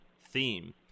theme